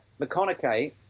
McConaughey